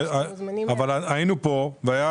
אבל היינו פה והיה